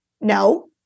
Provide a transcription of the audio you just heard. No